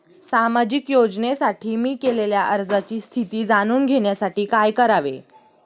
सामाजिक योजनेसाठी मी केलेल्या अर्जाची स्थिती जाणून घेण्यासाठी काय करावे?